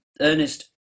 Ernest